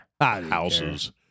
houses